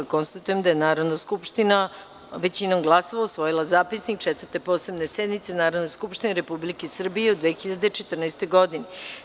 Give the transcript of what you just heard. Konstatujem da je Narodna skupština većinom glasova usvojila Zapisnik Četvrte posebne sednice Narodne skupštine Republike Srbije u 2014. godini.